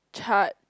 charred